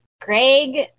Greg